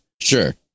Sure